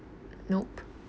nope